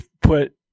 put